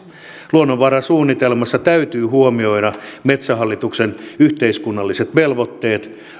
luonnonvarasuunnitelmassa täytyy huomioida metsähallituksen yhteiskunnalliset velvoitteet